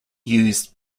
used